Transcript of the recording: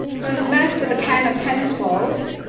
going back to the kind of tennis balls,